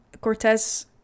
Cortez-